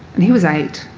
and he was eight.